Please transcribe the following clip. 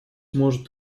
может